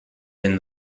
been